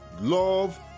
Love